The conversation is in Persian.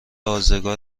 آزگار